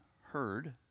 heard